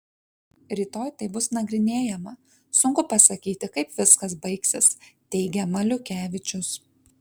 rytoj tai bus nagrinėjama sunku pasakyti kaip viskas baigsis teigia maliukevičius